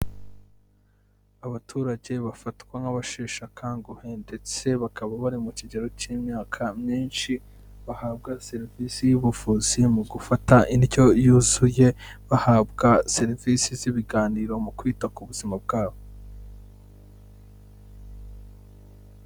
Abaturage bafatwa nk'abasheshe akanguhe ndetse bakaba bari mu kigero cy'imyaka myinshi, bahabwa serivisi y'ubuvuzi mu gufata indyo yuzuye, bahabwa serivisi z'ibiganiro mu kwita ku buzima bwabo.